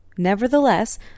Nevertheless